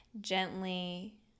gently